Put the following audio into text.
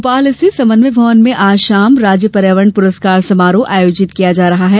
भोपाल स्थित समन्वय भवन में आज शाम राज्य पर्यावरण पुरस्कार समारोह आयोजित किया जा रहा है